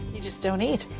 you just don't eat.